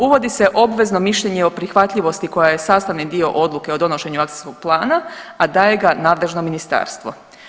Uvodi se obvezno mišljenje o prihvatljivosti koja je sastavni dio odluke o donošenju akcijskog plana, a daje ga nadležno ministarstvo.